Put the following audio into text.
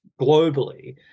globally